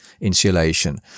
insulation